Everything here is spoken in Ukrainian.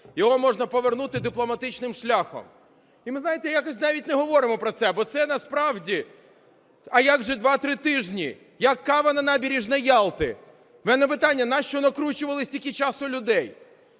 його можна повернути дипломатичним шляхом". І ми, знаєте, якось навіть не говоримо про це, бо це насправді… А як же два-три тижні, як кава на набережній Ялти? В мене питання: нащо накручували стільки часу людей?